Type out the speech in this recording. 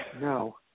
No